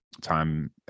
time